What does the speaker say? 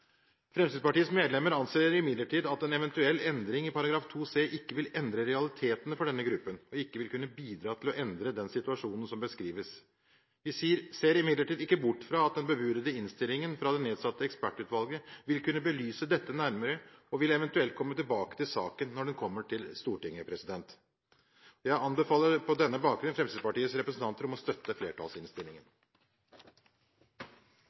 Fremskrittspartiets medlemmer anser imidlertid at en eventuell endring i § 2 c ikke vil endre realitetene for denne gruppen og ikke vil kunne bidra til å endre den situasjonen som beskrives. Vi ser imidlertid ikke bort fra at den bebudede innstillingen fra det nedsatte ekspertutvalget vil kunne belyse dette nærmere, og vi vil eventuelt komme tilbake til saken når den kommer til Stortinget. Jeg anbefaler på denne bakgrunn Fremskrittspartiets representanter om å støtte flertallsinnstillingen.